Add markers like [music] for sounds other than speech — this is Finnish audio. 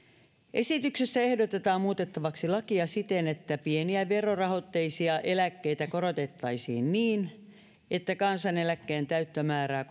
esityksessä ehdotetaan muutettavaksi lakia siten että pieniä verorahoitteisia eläkkeitä korotettaisiin niin että kansaneläkkeen täyttä määrää [unintelligible]